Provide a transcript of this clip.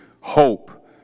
hope